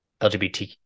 LGBT